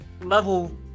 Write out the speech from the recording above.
level